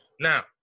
Now